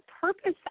purpose